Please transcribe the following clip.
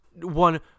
one